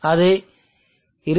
அது 25